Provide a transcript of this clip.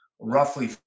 roughly